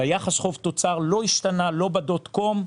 שיחס חוב-תוצר לא השתנה בדוט-קום.